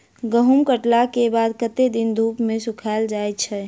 गहूम कटला केँ बाद कत्ते दिन धूप मे सूखैल जाय छै?